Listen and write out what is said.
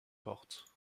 porte